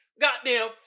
Goddamn